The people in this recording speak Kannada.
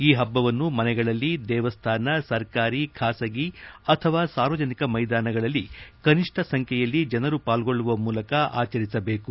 ಈ ಹಬ್ಬವನ್ನು ಮನೆಗಳಲ್ಲಿ ದೇವಸ್ವಾನ ಸರ್ಕಾರಿ ಖಾಸಗಿ ಅಥವಾ ಸಾರ್ವಜನಿಕ ಮೈದಾನಗಳಲ್ಲಿ ಕನಿಷ್ಠ ಸಂಖ್ಯೆಯಲ್ಲಿ ಜನರು ಪಾಲ್ಗೊಳ್ಳುವ ಮೂಲಕ ಆಚರಿಸಬೇಕು